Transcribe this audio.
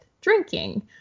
drinking